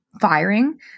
Firing